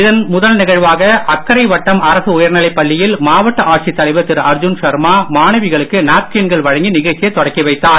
இதன் முதல் நிகழ்வாக அக்கரை வட்டம் அரசு உயர்நிலைப் பள்ளியில் மாவட்ட ஆட்சித் தலைவர் திரு அர்ஜுன் ஷர்மா மாணவிகளுக்கு நாப்கின்கள் வழங்கி நிகழ்ச்சியை தொடங்கி வைத்தார்